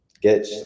get